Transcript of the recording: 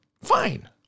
fine